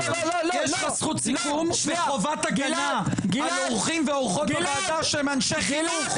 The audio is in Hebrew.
יש לך זכות סיכום וחובת הגנה על אורחים ואורחות בוועדה שהם אנשי חינוך.